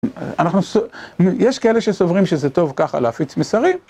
אנחנו, יש כאלה שסוברים שזה טוב ככה להפיץ מסרים.